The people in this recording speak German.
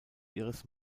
ihres